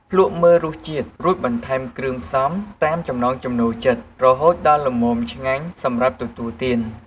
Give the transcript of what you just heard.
ភ្លក្សមើលរសជាតិ រួចបន្ថែមគ្រឿងផ្សំតាមចំណង់ចំណូលចិត្ត រហូតដល់ល្មមឆ្ងាញ់សម្រាប់ទទួលទាន។